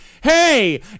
hey